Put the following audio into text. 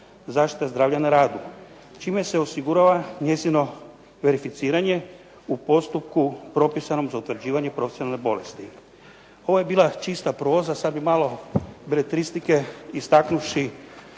zaštita zdravlja na radu čime se osigurava njezino verificiranje u postupku propisanom za utvrđivanje profesionalne bolesti. Ovo je bila čista proza, sad bih malo beletristike istaknuvši